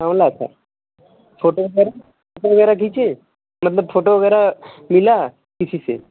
साँवला था फोटो वगैरह फोटो वगैरह खींचे मतलब फोटो वगैरह मिला किसी से